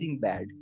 bad